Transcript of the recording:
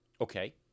Okay